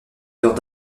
heures